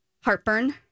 Heartburn